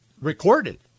recorded